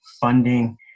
funding